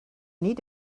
need